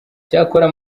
icyakora